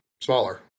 smaller